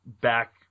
back